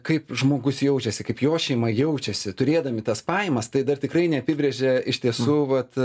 kaip žmogus jaučiasi kaip jo šeima jaučiasi turėdami tas pajamas tai dar tikrai neapibrėžė iš tiesų vat